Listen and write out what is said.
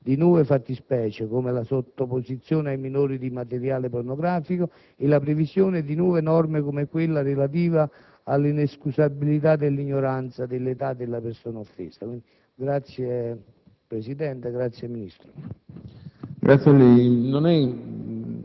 di nuove fattispecie, come la sottoposizione ai minori di materiale pornografico, e la previsione di nuove norme, come quella relativa alla inescusabilità dell'ignoranza dell'età della persona offesa.